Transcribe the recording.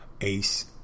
Ace